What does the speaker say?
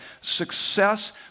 Success